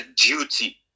duty